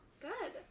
good